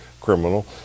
criminal